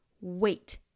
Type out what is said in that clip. wait